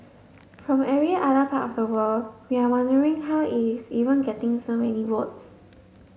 from every other part of the world we are wondering how is even getting so many votes